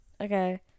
Okay